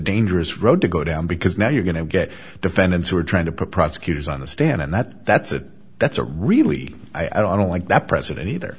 dangerous road to go down because now you're going to get defendants who are trying to put prosecutors on the stand and that's that's a that's a really i don't like that president either